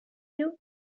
you